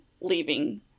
leaving